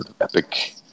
epic